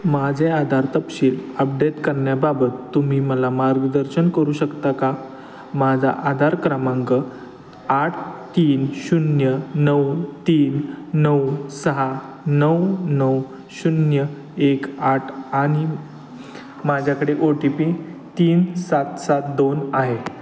माझे आधार तपशील अपडेट करण्याबाबत तुम्ही मला मार्गदर्शन करू शकता का माझा आधार क्रमांक आठ तीन शून्य नऊ तीन नऊ सहा नऊ नऊ शून्य एक आठ आणि माझ्याकडे ओ टी पी तीन सात सात दोन आहे